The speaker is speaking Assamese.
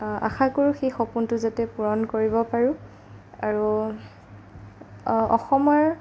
আশা কৰো সেই সপোনটো যাতে পূৰণ কৰিব পাৰোঁ আৰু অসমৰ